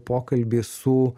pokalbį su